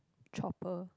chopper